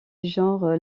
genre